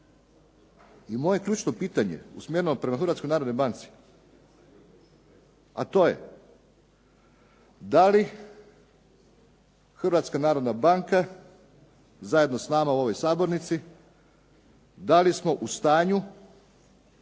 I moje ključno pitanje usmjereno prema Hrvatskoj narodnoj banci, a to je da li Hrvatska narodna banka zajedno s nama u ovoj sabornici, da li smo u stanju